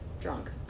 drunk